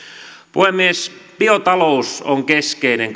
puhemies biotalous on keskeinen